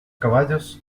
caballos